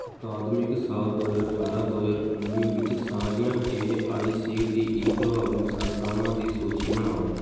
ਅਕਾਦਮਿਕ ਸਾਲ ਦੋ ਹਜ਼ਾਰ ਅਠਾਰਾਂ ਦੋ ਹਜ਼ਾਰ ਉੱਨੀ ਵਿੱਚ ਸਾਰੀਆਂ A I C T E ਪ੍ਰਵਾਨਿਕ ਸੰਸਥਾਵਾਂ ਦੀ ਸੂਚੀ ਬਣਾਓ